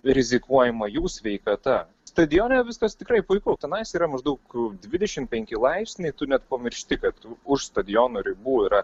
rizikuojama jų sveikata stadione viskas tikrai puiku tenais yra maždaug dvidešim penki laipsniai tu net pamiršti kad už stadiono ribų yra